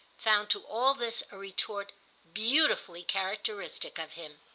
found to all this a retort beautifully characteristic of him.